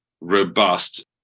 robust